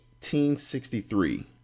1863